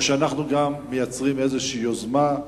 או שאנו גם מייצרים איזושהי יוזמה,